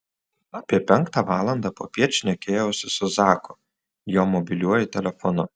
apie penktą valandą popiet šnekėjausi su zaku jo mobiliuoju telefonu